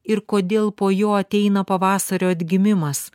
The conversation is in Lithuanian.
ir kodėl po jo ateina pavasario atgimimas